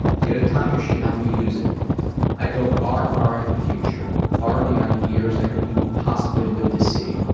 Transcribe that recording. if you had a time machine, how would you use it i'd go far far into the future. far beyond the years i could even possibly live to see.